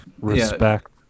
respect